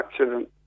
accident